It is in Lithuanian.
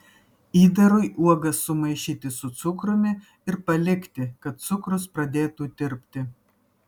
įdarui uogas sumaišyti su cukrumi ir palikti kad cukrus pradėtų tirpti